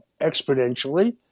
exponentially